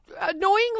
annoyingly